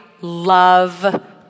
love